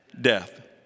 Death